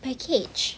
package